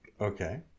Okay